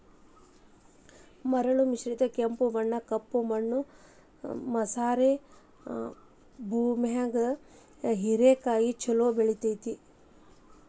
ಮರಳು ಮಿಶ್ರಿತ ಕೆಂಪು ಮಣ್ಣ, ಕಪ್ಪು ಮಣ್ಣು ಮಸಾರೆ ಭೂಮ್ಯಾಗು ಹೇರೆಕಾಯಿ ಚೊಲೋ ಬೆಳೆತೇತಿ